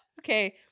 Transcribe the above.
Okay